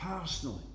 personally